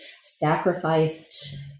sacrificed